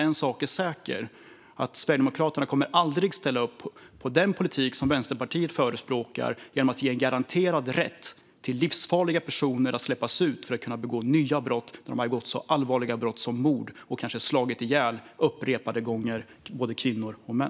En sak är säker, nämligen att Sverigedemokraterna aldrig kommer att ställa upp på den politik som Vänsterpartiet förespråkar genom att ge garanterad rätt till livsfarliga personer att släppas ut för att kunna begå nya brott när de har begått så allvarliga brott som mord och kanske upprepade gånger har slagit ihjäl kvinnor och män.